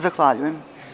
Zahvaljujem.